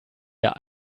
der